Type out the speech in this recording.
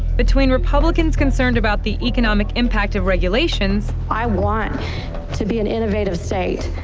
between republicans concerned about the economic impact of regulations. i want to be an innovative state,